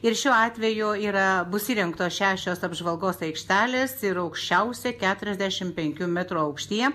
ir šiuo atveju yra bus įrengtos šešios apžvalgos aikštelės ir aukščiausia keturiasdešimt penkių metrų aukštyje